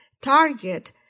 target